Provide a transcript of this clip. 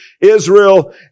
Israel